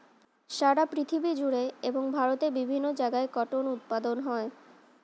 সারা পৃথিবী জুড়ে এবং ভারতের বিভিন্ন জায়গায় কটন উৎপাদন হয়